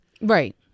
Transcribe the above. Right